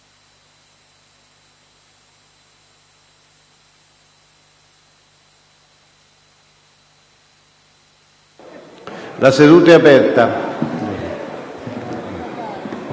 La seduta è aperta